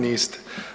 Niste.